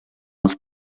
els